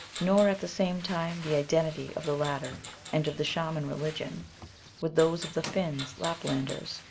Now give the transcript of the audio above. nor at the same time the identity of the latter and of the shaman religion with those of the finns, laplanders,